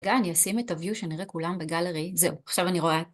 רגע, אני אשים את ה-view שנראה כולם בגלרי, זהו, עכשיו אני רואה.